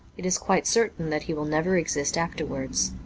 it is quite certain that he will never exist afterwards.